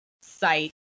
site